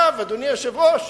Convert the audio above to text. אדוני היושב-ראש,